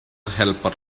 helper